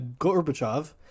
Gorbachev